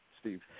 steve